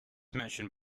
mentioned